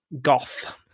Goth